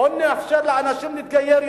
בוא נאפשר ליותר אנשים להתגייר,